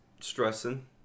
stressing